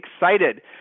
excited